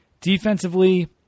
Defensively